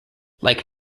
like